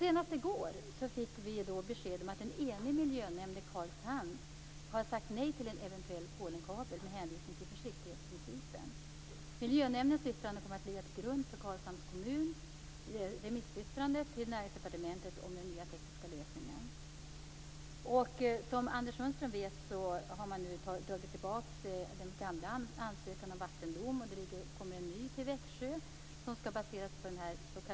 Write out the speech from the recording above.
Senast i går fick vi besked om att en enig miljönämnd i Karlshamn har sagt nej till en eventuell Miljönämndens yttrande kommer att ligga till grund för Karlshamns kommuns remissyttrande till Näringsdepartementet om den nya tekniska lösningen. Som Anders Sundström vet har man nu tagit tillbaka den gamla ansökan om vattendom och det skall komma en ny ansökan till Växjö som skall baseras på den nya tekniken.